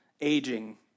aging